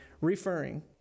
Referring